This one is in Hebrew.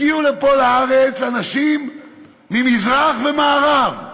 הגיעו לפה, לארץ, אנשים ממזרח וממערב,